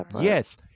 Yes